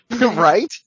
Right